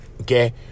okay